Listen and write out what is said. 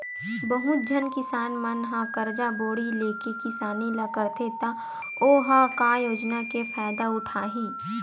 बहुत झन किसान मन ह करजा बोड़ी लेके किसानी ल करथे त ओ ह का योजना के फायदा उठाही